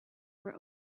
were